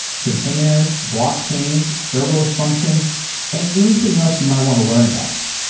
container, blockchains, serverless functions and anything else you might want to learn about.